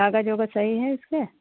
कागज़ उगज़ सही हैं उसके